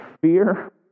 fear